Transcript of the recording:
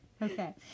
Okay